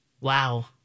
Wow